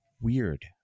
Weird